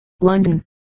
London